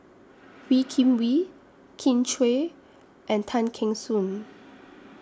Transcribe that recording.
Wee Kim Wee Kin Chui and Tay Kheng Soon